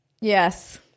Yes